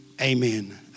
amen